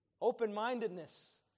Open-mindedness